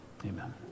Amen